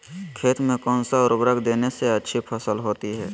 खेत में कौन सा उर्वरक देने से अच्छी फसल होती है?